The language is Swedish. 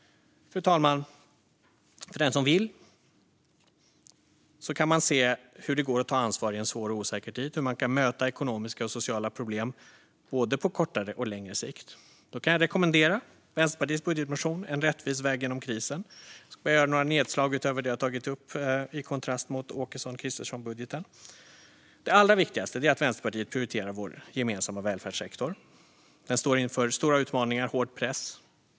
Fru talman! För den som vill se hur man kan ta ansvar i en svår och osäker tid och hur man kan möta ekonomiska och sociala problem både på kortare och på längre sikt kan jag rekommendera Vänsterpartiets budgetmotion En rättvis väg genom krisen . Jag ska göra några nedslag utöver det jag har tagit upp, i kontrast mot Åkesson-Kristerssonbudgeten. Det allra viktigaste är att Vänsterpartiet prioriterar den gemensamma välfärdssektorn. Den står inför stora utmaningar och hård press.